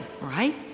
right